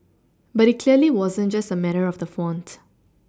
but it clearly wasn't just a matter of the font